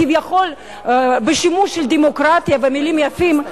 כביכול בשימוש בדמוקרטיה ומלים יפות,